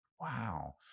Wow